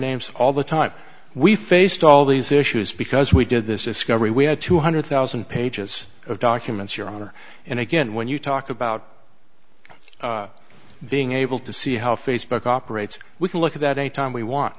names all the time we faced all these issues because we did this is scary we had two hundred thousand pages of documents your honor and again when you talk about being able to see how facebook operates we can look at that anytime we want